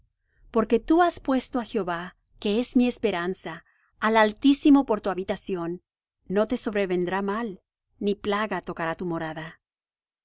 porque tú has puesto á jehová que es mi esperanza al altísimo por tu habitación no te sobrevendrá mal ni plaga tocará tu morada pues